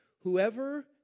Whoever